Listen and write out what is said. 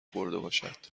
خوردهباشد